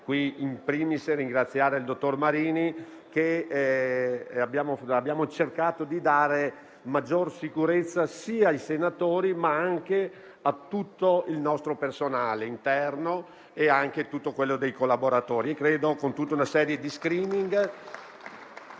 *in primis* ringraziare il dottor Marini, con cui abbiamo cercato di dare maggior sicurezza ai senatori, ma anche a tutto il nostro personale interno e a tutti i collaboratori,